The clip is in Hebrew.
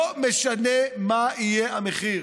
לא משנה מה יהיה המחיר.